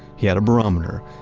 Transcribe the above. he had a barometer,